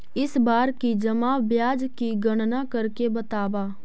इस बार की जमा ब्याज की गणना करके बतावा